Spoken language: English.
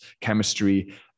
chemistry